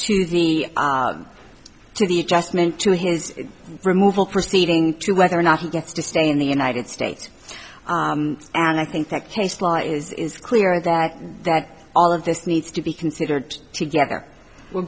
to the to the adjustment to his removal proceeding to whether or not he gets to stay in the united states and i think that case law is clear that that all of this needs to be considered together we're